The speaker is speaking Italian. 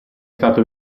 stato